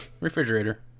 refrigerator